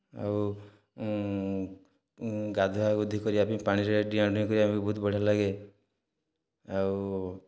ଆଉ ଗାଧୁଆ ଗାଧୁଇ କରିବା ପାଇଁ ପାଣି ରେ ଡ଼ିଆଁ ଡ଼ିଇଁ କରିବା ପାଇଁ ବହୁତ ବଢ଼ିଆ ଲାଗେ ଆଉ